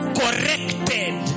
corrected